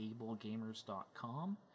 AbleGamers.com